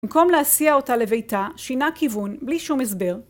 במקום להסיע אותה לביתה, שינה כיוון בלי שום הסבר